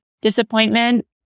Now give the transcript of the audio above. disappointment